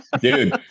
dude